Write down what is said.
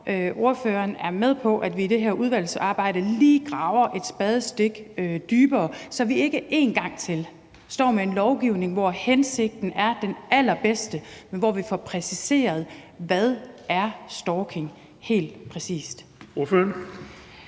ordføreren er med på, at vi i det her udvalgsarbejde lige graver et spadestik dybere, så vi ikke en gang til bare står med en lovgivning, hvor hensigten er den allerbedste, men så vi også får præciseret, hvad stalking er helt præcis. Kl.